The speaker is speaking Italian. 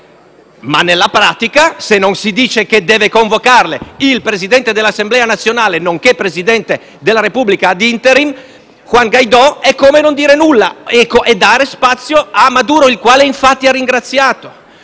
ma nella pratica, se non si dice che deve convocarle il presidente dell'Assemblea nazionale nonché presidente della Repubblica *ad interim* Juan Guaidó, è come non dire nulla e dare spazio a Maduro, il quale infatti ha ringraziato.